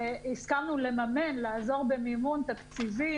הסכמנו לעזור במימון תקציבי,